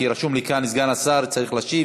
כי רשום לי כאן שסגן השר צריך להשיב.